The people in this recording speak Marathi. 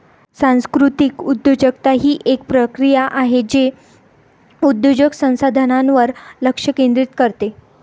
सांस्कृतिक उद्योजकता ही एक प्रक्रिया आहे जे उद्योजक संसाधनांवर लक्ष केंद्रित करते